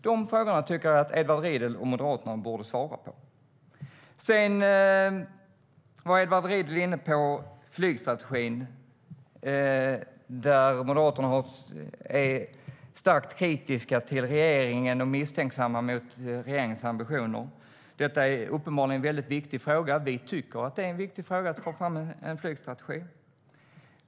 De frågorna tycker jag att Edward Riedl och Moderaterna borde svara på. Edward Riedl var inne på flygstrategin. Moderaterna är starkt kritiska till regeringen och misstänksamma mot regeringens ambitioner. Detta är uppenbarligen en viktig fråga. Vi tycker att det är en viktig fråga att få fram en flygstrategi.